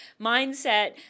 mindset